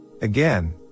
Again